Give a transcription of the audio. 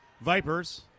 Vipers